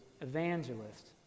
evangelist